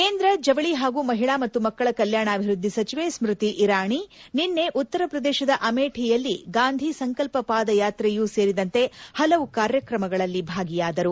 ಕೇಂದ್ರ ಜವಳಿ ಹಾಗೂ ಮಹಿಳಾ ಮತ್ತು ಮಕ್ಕಳ ಕಲ್ಯಾಣಾಭಿವೃದ್ದಿ ಸಚಿವೆ ಸ್ಟ್ರತಿ ಇರಾಣಿ ನಿನ್ನೆ ಉತ್ತರಪ್ರದೇಶದ ಅಮೇಠಿಯಲ್ಲಿ ಗಾಂಧಿ ಸಂಕಲ್ಲ ಪಾದೆಯಾತ್ರೆಯೂ ಸೇರಿದಂತೆ ಹಲವು ಕಾರ್ಯಕ್ರಮಗಳಲ್ಲಿ ಭಾಗಿಯಾದರು